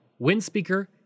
Windspeaker